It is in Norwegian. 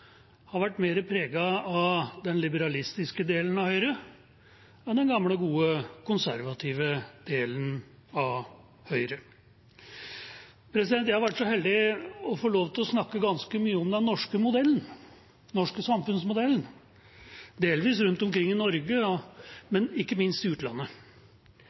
har vært mer preget av den liberalistiske delen av Høyre enn den gamle, gode, konservative delen av Høyre. Jeg har vært så heldig å få lov til å snakke ganske mye om den norske modellen, den norske samfunnsmodellen, delvis rundt omkring i Norge, men ikke minst i utlandet.